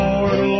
Lord